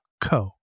co